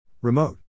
Remote